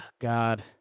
God